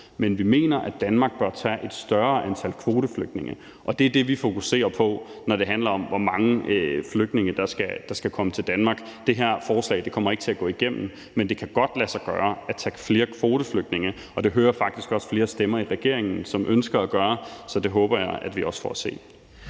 Men vi mener, at Danmark bør tage et større antal kvoteflygtninge, og det er det, vi fokuserer på, når det handler om, hvor mange flygtninge der skal komme til Danmark. Det her forslag kommer ikke til at gå igennem, men det kan godt lade sig gøre at tage flere kvoteflygtninge, og det hører jeg faktisk også flere stemmer i regeringen som ønsker at gøre. Så det håber jeg at vi også får at se.